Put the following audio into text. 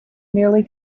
merely